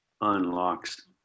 unlocks